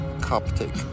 coptic